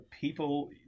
people